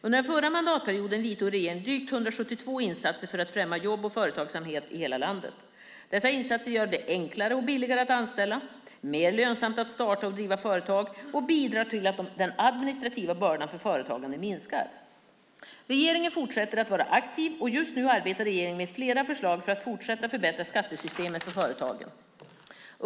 Under den förra mandatperioden vidtog regeringen drygt 172 insatser för att främja jobb och företagsamhet i hela landet. Dessa insatser gör det enklare och billigare att anställa, mer lönsamt att starta och driva företag och bidrar till att den administrativa bördan för företagare minskar. Regeringen fortsätter att vara aktiv, och just nu arbetar regeringen med flera förslag för att fortsätta att förbättra skattesystemet för företagen.